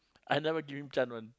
I never give him chance one